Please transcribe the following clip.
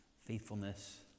faithfulness